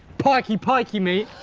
pikey pikey meat!